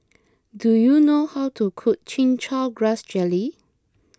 do you know how to cook Chin Chow Grass Jelly